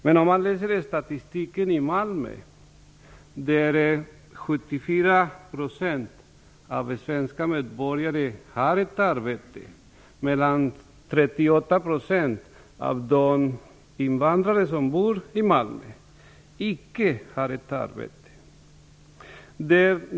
Men statistik från Malmö visar att 74 % av svenska medborgare har ett arbete, medan 38 % av de invandrare som bor i Malmö icke har ett arbete.